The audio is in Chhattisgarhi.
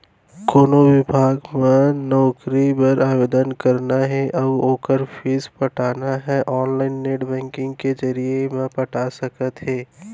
कोनो बिभाग म नउकरी बर आवेदन करना हे अउ ओखर फीस पटाना हे ऑनलाईन नेट बैंकिंग के जरिए म पटा सकत हे